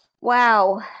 Wow